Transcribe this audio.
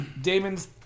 Damon's